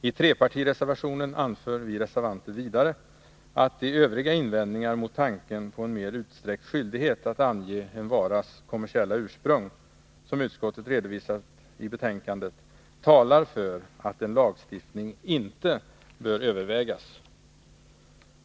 I trepartireservationen anför vi reservanter vidare att de övriga invändningar mot tanken på en mer utsträckt skyldighet att ange en varas kommersiella ursprung som utskottet redovisat i betänkandet talar för att en lagstiftning inte bör övervägas.